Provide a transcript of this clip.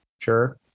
sure